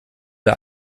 der